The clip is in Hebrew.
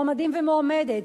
מועמדים ומועמדת,